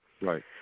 Right